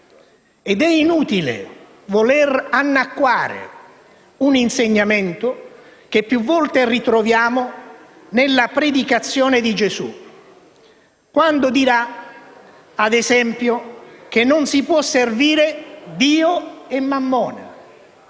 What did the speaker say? ed è inutile voler annacquare un insegnamento che più volte ritroviamo nella predicazione di Gesù, quando dirà, ad esempio, che non si può servire Dio e Mammona